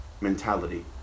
mentality